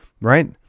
right